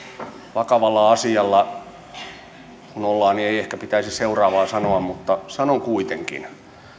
vakavalla asialla kun ollaan niin ei ehkä pitäisi seuraavaa sanoa mutta sanon kuitenkin